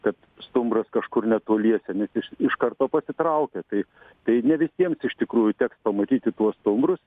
kad stumbras kažkur netoliese nes jis iš karto pasitraukia tai tai ne visiems iš tikrųjų teks pamatyti tuos stumbrus